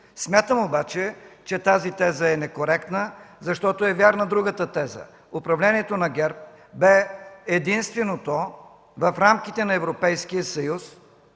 Смятам обаче, че тази теза е некоректна, защото е вярна другата теза – управлението на ГЕРБ бе единственото в рамките на Европейския съюз,